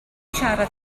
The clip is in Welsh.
siarad